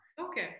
Okay